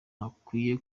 ntakwiye